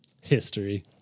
History